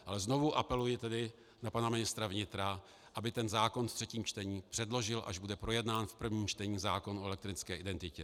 Ale znovu apeluji na pana ministra vnitra, aby ten zákon v třetím čtení předložil, až bude projednán v prvním čtení zákon o elektronické identitě.